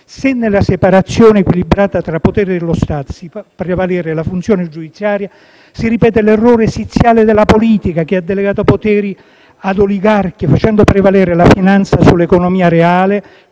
Se nella separazione equilibrata tra poteri dello Stato si fa prevalere la funzione giudiziaria, si ripete l'errore esiziale della politica, che ha delegato poteri ad oligarchi, facendo prevalere la finanza sull'economia reale;